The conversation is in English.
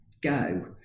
go